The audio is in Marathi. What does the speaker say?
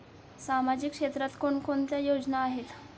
सामाजिक क्षेत्रात कोणकोणत्या योजना आहेत?